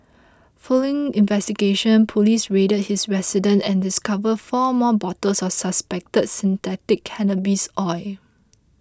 following investigations polices raided his residence and discovered four more bottles of suspected synthetic cannabis oil